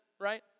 right